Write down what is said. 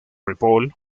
ripoll